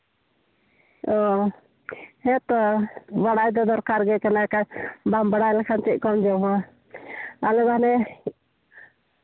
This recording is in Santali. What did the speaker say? ᱚ ᱦᱮᱸ ᱛᱚ ᱵᱟᱲᱟᱭ ᱫᱚ ᱫᱚᱨᱠᱟᱨ ᱜᱮ ᱠᱟᱱᱟ ᱵᱟᱢ ᱵᱟᱲᱟᱭ ᱞᱮᱠᱷᱟᱱ ᱪᱮᱫ ᱠᱚᱢ ᱡᱚᱢᱟ ᱟᱞᱮ ᱫᱚ ᱦᱟᱱᱮ